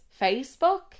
facebook